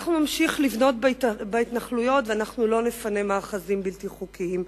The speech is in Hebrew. אנחנו נמשיך לבנות בהתנחלויות ולא נפנה מאחזים בלתי חוקיים.